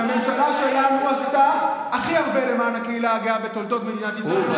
כי הממשלה שלנו עשתה הכי הרבה למען הקהילה הגאה בתולדות מדינת ישראל,